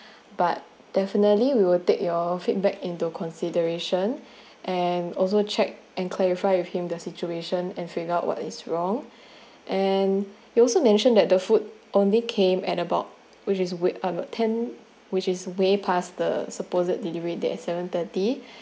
but definitely we will take your feedback into consideration and also check and clarify with him the situation and figure out what is wrong and you also mentioned that the food only came at about which is wa~ um ten which is way past the supposedly to be there at seven thirty